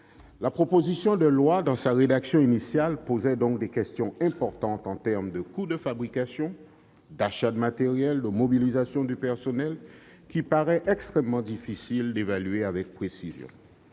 La proposition de loi, dans sa rédaction initiale, posait donc des problèmes importants en termes de coûts de fabrication, d'achat de matériel et de mobilisation de personnel, qu'il paraissait extrêmement difficile d'évaluer avec précision.